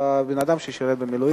אדם ששירת במילואים.